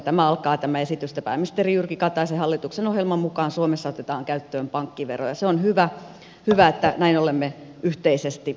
tämä esitys alkaa että pääministeri jyrki kataisen hallituksen ohjelman mukaan suomessa otetaan käyttöön pankkivero ja se on hyvä että näin olemme yhteisesti sopineet